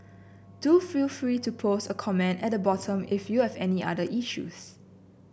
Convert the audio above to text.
do feel free to post a comment at the bottom if you have any other issues